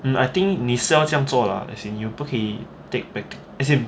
mm I think 你是要这样做 lah as in you 不可以 take practical as in